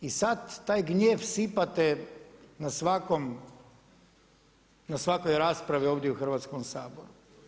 I sad taj gnjev sipate na svakom, na svakoj raspravi ovdje u Hrvatskom saboru.